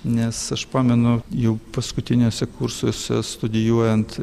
nes aš pamenu jau paskutiniuose kursuose studijuojant